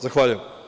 Zahvaljujem.